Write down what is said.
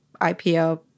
IPO